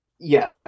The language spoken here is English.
Yes